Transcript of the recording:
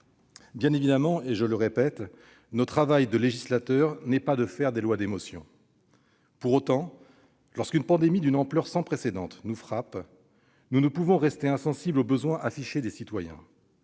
Bien évidemment, j'y insiste, notre travail de législateur n'est pas de faire des lois d'émotion. Pour autant, lorsqu'une pandémie d'une ampleur sans précédent nous frappe, nous ne pouvons rester insensibles aux besoins affichés par nos concitoyens.